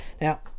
Now